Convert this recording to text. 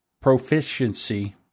proficiency